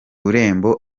irembo